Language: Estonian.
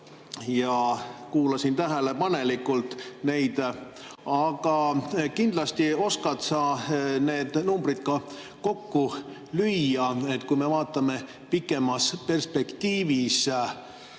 kuulasin neid tähelepanelikult. Aga kindlasti oskad sa need numbrid ka kokku lüüa, kui me vaatame pikemas perspektiivis